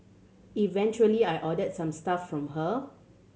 eventually I ordered some stuff from her